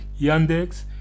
Yandex